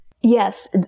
Yes